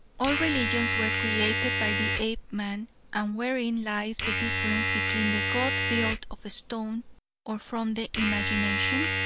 all religions were created by the apeman and wherein lies the difference between the god built of stone or from the imagination?